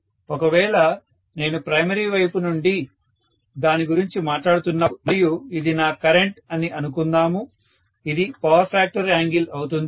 ఒకవేళ నేను ప్రైమరీ వైపు నుండి దాని గురించి మాట్లాడుతున్నప్పుడు మరియు ఇది నా కరెంట్ అని అనుకుందాము ఇది పవర్ ఫ్యాక్టర్ యాంగిల్ అవుతుంది